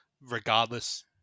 regardless